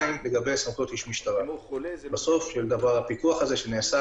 לגבי סמכויות איש משטרה בסוף הפיקוח הזה שנעשה